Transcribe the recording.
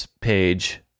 page